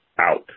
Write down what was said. out